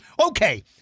Okay